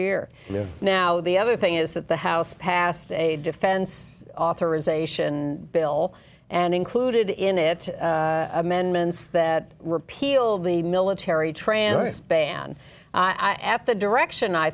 year now the other thing is that the house passed a defense authorization bill and included in it amendments that repealed the military trans and i at the direction i